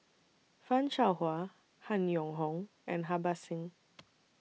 fan Shao Hua Han Yong Hong and Harbans Singh